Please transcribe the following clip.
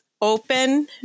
open